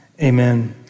Amen